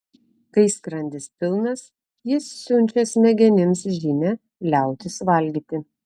kai skrandis pilnas jis siunčia smegenims žinią liautis valgyti